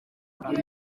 wese